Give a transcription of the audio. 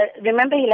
Remember